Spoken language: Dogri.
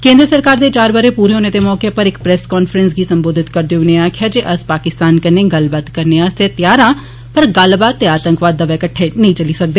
केन्द्र सरकार दे चार बरे पूरे होने दे मौके उप्पर इक प्रैस कान्फ्रैंस गी सम्बोधित करदे होई उने आक्खेआ जे अस पाकिस्तान कन्नै गल्लबात करने आस्तै त्यार आं पर गल्लबात ते आतंकवाद दवै किट्ठे नेई चली सकदे